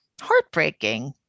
heartbreaking